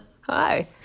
hi